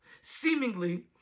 Seemingly